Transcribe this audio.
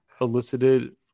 elicited